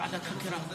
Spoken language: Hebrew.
לא מצליחים